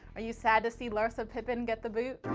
are you sad to see larsa pippen get the boot?